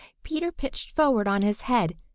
peter pitched forward on his head,